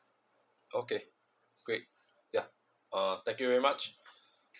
okay great ya uh thank you very much